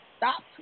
Stop